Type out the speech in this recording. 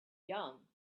young